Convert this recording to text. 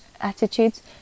attitudes